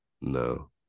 No